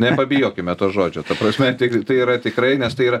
nepabijokime to žodžio ta prasme tai tai yra tikrai nes tai yra